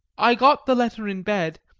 i got the letter in bed,